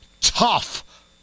tough